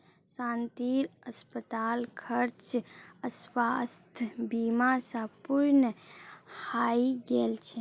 शांतिर अस्पताल खर्च स्वास्थ बीमा स पूर्ण हइ गेल छ